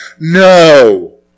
No